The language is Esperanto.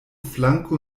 flanko